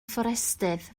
fforestydd